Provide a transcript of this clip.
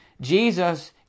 Jesus